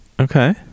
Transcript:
Okay